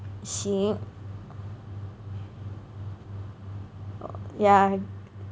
行 yeah